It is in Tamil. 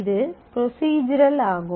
இது ப்ரொஸிஸ்ரல் ஆகும்